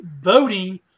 voting